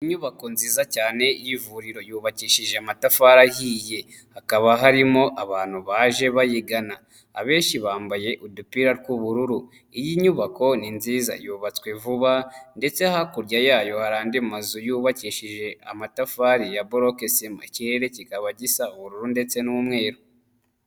Inyubako nziza cyane y'ivuriro, yubakishije amatafari ahiye, hakaba harimo abantu baje bayigana abenshi bambaye udupira twubururu, iyi nyubako ni nziza yubatswe vuba ndetse hakurya yayo hari andi mazu yubakishije amatafari ya boroke sima, ikirere kikaba gisa ubururu ndetse n'umweru.